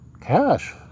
Cash